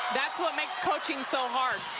that's what makes coaching so hard.